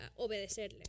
obedecerle